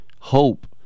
hope